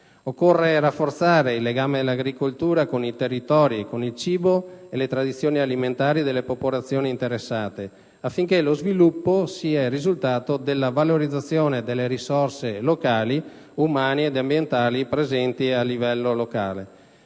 Occorre rafforzare il legame dell'agricoltura con i territori, con il cibo e con le tradizioni alimentari delle popolazioni interessate, affinché lo sviluppo sia il risultato della valorizzazione delle risorse endogene, umane ed ambientali, presenti a livello locale.